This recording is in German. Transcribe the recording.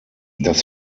das